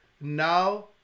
now